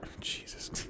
Jesus